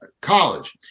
college